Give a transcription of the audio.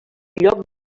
lloc